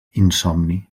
insomni